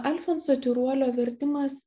alfonso tyruolio vertimas